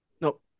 no